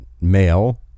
male